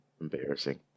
embarrassing